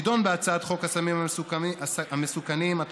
תדון בהצעת חוק הסמים המסוכנים (עבירת קנס מיוחדת,